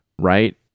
right